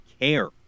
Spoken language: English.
care